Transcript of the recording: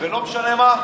ולא משנה מה?